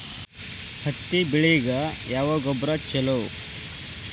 ಹತ್ತಿ ಬೆಳಿಗ ಯಾವ ಗೊಬ್ಬರ ಛಲೋ?